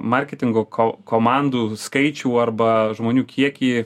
marketingo ko komandų skaičių arba žmonių kiekį